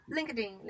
LinkedIn